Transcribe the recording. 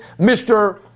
Mr